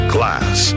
Class